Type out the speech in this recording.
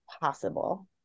possible